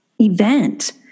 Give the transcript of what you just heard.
event